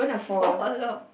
fall~ off